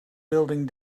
building